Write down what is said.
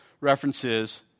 references